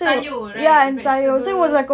sayur right and vegetable